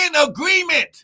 agreement